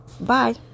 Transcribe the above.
Bye